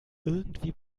irgendwie